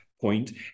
point